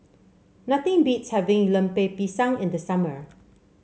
nothing beats having Lemper Pisang in the summer